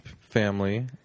family